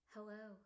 Hello